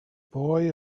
boy